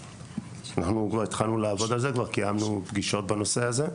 כבר התחלנו לעבוד על זה וכבר קיימנו פגישות בנושא הזה.